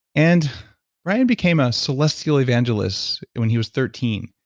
and brian became a celestial evangelist when he was thirteen.